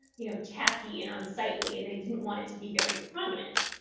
you know, tacky and unsightly, and they didn't want it to be very prominent.